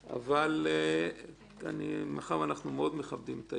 אבל מאחר שאנחנו מאוד מכבדים את היועץ,